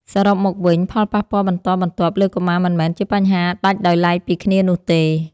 សរុបមកវិញ ផលប៉ះពាល់បន្តបន្ទាប់លើកុមារមិនមែនជាបញ្ហាដាច់ដោយឡែកពីគ្នានោះទេ។